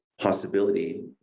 possibility